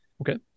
okay